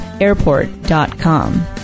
airport.com